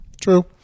True